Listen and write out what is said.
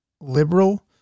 liberal